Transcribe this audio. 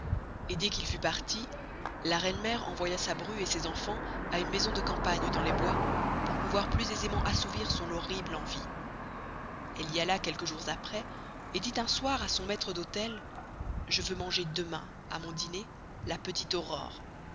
et dés qu'il fut parti la reine mere envoya sa bru et ses enfans à une maison de campagne dans les bois pour pouvoir plus aisément assouvir son horrible envie elle y alla quelques jours aprés et dit un soir à son maistre d'hôtel je veux manger demain à mon dîner la petite aurore